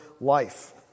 life